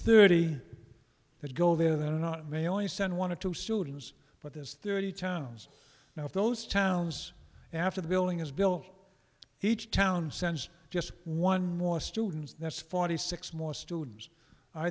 thirty that go there that are not may only send one to two students but there's thirty towns now if those towns after the building is built each town sends just one more students that's forty six more students i